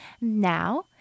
Now